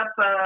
up